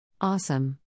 Awesome